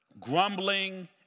grumbling